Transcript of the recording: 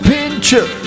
Pincher